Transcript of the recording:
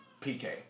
PK